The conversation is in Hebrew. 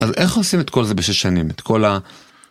אז איך עושים את כל זה בשש שנים?